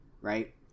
right